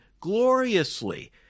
gloriously